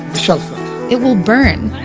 so it will burn.